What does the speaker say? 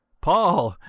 paul,